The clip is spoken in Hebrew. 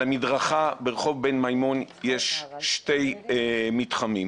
על המדרכה ברחוב בן מימון יש שני מתחמים,